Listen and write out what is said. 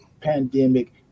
pandemic